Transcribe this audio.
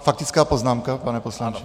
Faktická poznámka, pane poslanče?